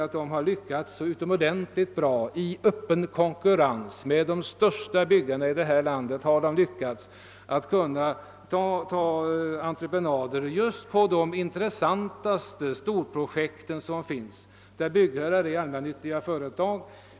Företaget har lyckats utomordentligt bra i öppen konkurrens med de största byggarna i detta land när det gällt de intressantaste storprojekten, där byggherrarna är allmännyttiga företag.